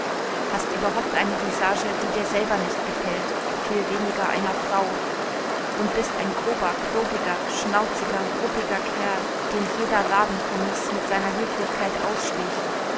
hast überhaupt eine visage die dir selber nicht gefällt viel weniger einer frau und bist ein grober klobiger schnauziger ruppiger kerl den jeder ladenkommis mit seiner höflichkeit aussticht